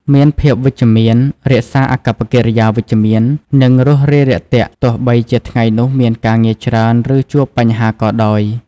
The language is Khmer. មានភាពវិជ្ជមាន រក្សាអាកប្បកិរិយាវិជ្ជមាន និងរួសរាយរាក់ទាក់ ទោះបីជាថ្ងៃនោះមានការងារច្រើន ឬជួបបញ្ហាក៏ដោយ។